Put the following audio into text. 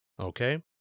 Okay